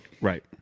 Right